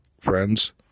friends